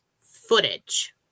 footage